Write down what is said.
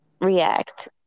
react